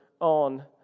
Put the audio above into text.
on